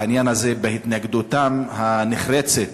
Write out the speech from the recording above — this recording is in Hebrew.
בעניין הזה, בהתנגדותם הנחרצת